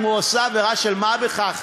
אם הוא עשה עבירה של מה בכך